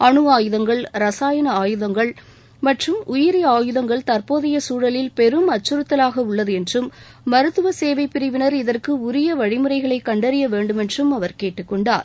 அணு ஆயுதங்கள் ரசாயன ஆயுதங்கள் மற்றும் உயிரி ஆயுதங்கள் தற்போதைய சூழலில் பெரும் அச்சுறுத்தலாக உள்ளது என்றும் மருத்துவ சேவைப் பிரிவினா் இதற்கு உரிய வழிமுறைகளை கண்டறிய வேண்டுமென்றும் அவர் கேட்டுக் கொண்டார்